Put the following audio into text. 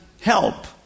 help